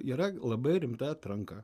yra labai rimta atranka